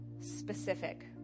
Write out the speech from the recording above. specific